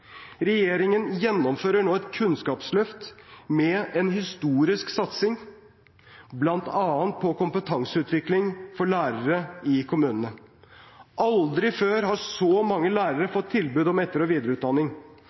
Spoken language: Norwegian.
Regjeringen gjennomfører nå et kunnskapsløft med en historisk satsing, bl.a. på kompetanseutvikling for lærere i kommunene. Aldri før har så mange lærere fått tilbud om etter- og videreutdanning.